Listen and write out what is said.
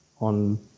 on